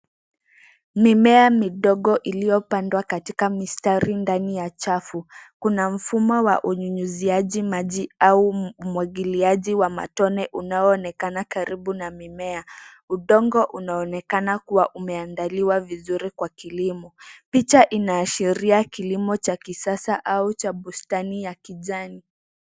Mimea midogo iliyopandwa katika mistari ndani ya chafu. Kuna mfumo wa unyunyiziaji maji au umwagiliaji wa matone unaonekana karibu na mimea. Udongo unaonekana kuwa umeandaliwa vizuri kwa kilimo. Picha inaashiria kilimo cha kisasa au cha bustanj ya kijani.